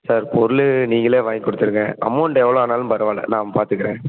sir பொருள் நீங்களே வாங்கிக்கொடுத்துருங்க அமௌண்ட் எவ்வளோ ஆனாலும் பரவாயில்ல நான் பார்த்துக்குறேன்